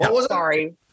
Sorry